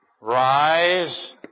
Rise